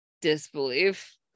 disbelief